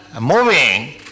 moving